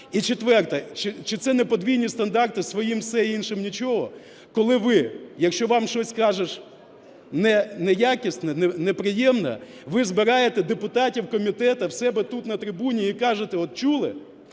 І четверте. Чи це не подвійні стандарти: своїм все, а іншим нічого? Коли ви, якщо вам щось кажеш неякісне, неприємне, ви збираєте депутатів комітету в себе тут на трибуні і кажете: "От чули?